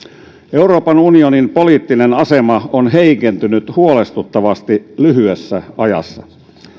euroopan unionin poliittinen asema on heikentynyt huolestuttavasti lyhyessä ajassa